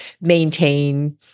maintain